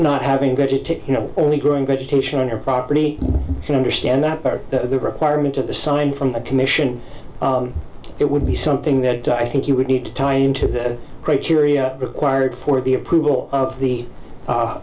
not having got it to you know only growing vegetation on your property and understand that the requirement of a sign from the commission it would be something that i think you would need to tie into the criteria required for the approval of the